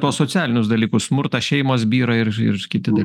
tuos socialinius dalykus smurtą šeimos byra ir kiti